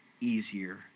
easier